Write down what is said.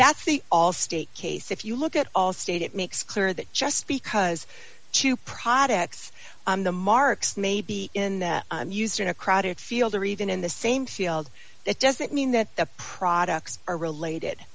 that's the all state case if you look at all state it makes clear that just because two products the marks may be in used in a crowded field or even in the same field that doesn't mean that the products are related